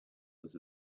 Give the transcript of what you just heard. was